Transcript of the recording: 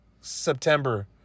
september